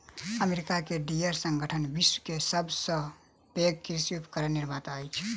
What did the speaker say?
America के Deere संगठन विश्वक सभ सॅ पैघ कृषि उपकरण निर्माता अछि